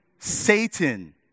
Satan